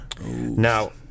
Now